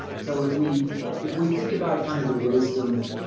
so if we if we think about kind of the wisdom,